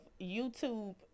YouTube